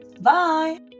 bye